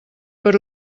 per